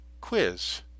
quiz